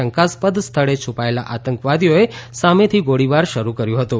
શંકાસ્પદ સ્થળે છૂપાયેલા આતંકવાદીઓએ સામેથી ગોળીબાર શરૂ કર્યું હતું